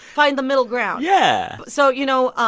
find the middle ground yeah so, you know,